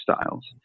styles